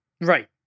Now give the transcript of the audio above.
right